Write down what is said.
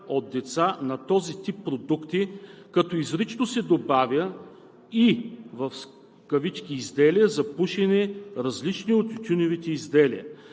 от деца на този тип продукти, като изрично се добавя и „изделия за пушене, различни от тютюневи изделия“.